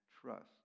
trust